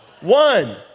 One